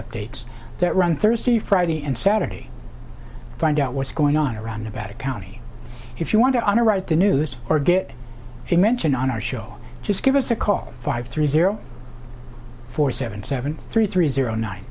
updates that run thursday friday and saturday find out what's going on around about accounting if you want to underwrite the news or get a mention on our show just give us a call five three zero four seven seven three three zero ni